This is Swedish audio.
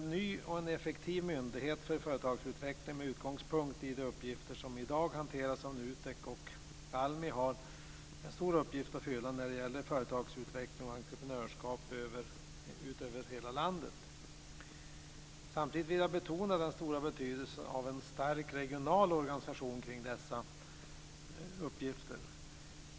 En ny och effektiv myndighet för företagsutveckling, med utgångspunkt i de uppgifter som i dag hanteras av NUTEK och ALMI, har en stor uppgift att fylla när det gäller företagsutveckling och entreprenörskap över hela landet. Samtidigt vill jag betona den stora betydelsen av en stark regional organisation kring dessa uppgifter.